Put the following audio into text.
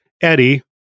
Eddie